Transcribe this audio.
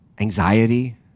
anxiety